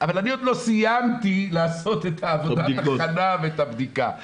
אבל אני עוד לא סיימתי לעשות את עבודת ההכנה ואת הבדיקה.